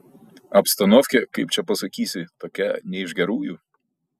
abstanovkė kaip čia pasakysi tokia ne iš gerųjų